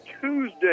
Tuesday